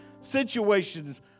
situations